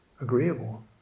agreeable